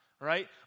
right